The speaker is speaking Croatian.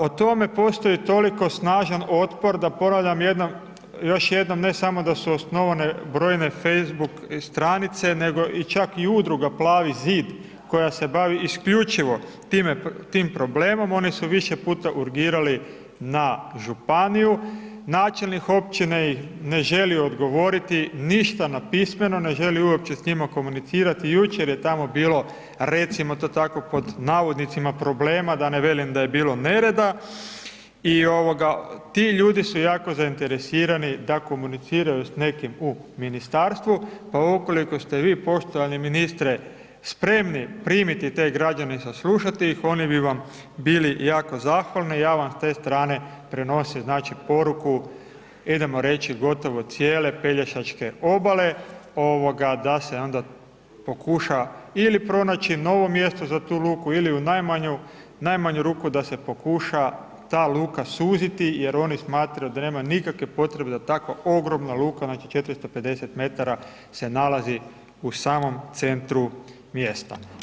O tome postoji toliko snažan otpor da ponavljam još jednom ne samo da su osnovane broje Facebook stranice nego čak i udruga Plavi zid koja se bavi isključivo tim problemom, oni su više puta urgirali na županiju, načelnik općine im ne želi odgovoriti, ništa napismeno, ne želi uopće s njima komunicirati, jučer je tamo bilo recimo to tako „problema“, da ne velim da je bilo nereda i ti ljudi su jako zainteresirani da komuniciraju s nekim u ministarstvu pa ukoliko ste vi poštovani ministre spremni primiti te građane, saslušati ih, oni bi vam bili jako zahvalni, ja vam s te strane prenosim poruku, idemo reći gotovo cijele pelješačke obale da se onda pokuša ili pronaći novo mjesto za tu luku ili u najmanju ruku da se pokuša ta luka suziti jer oni smatraju da nema nikakve potrebe da takva ogromna luka, znači 450 metara se nalazi u samom centru mjesta.